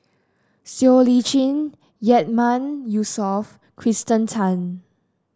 Siow Lee Chin Yatiman Yusof Kirsten Tan